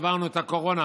עברנו את הקורונה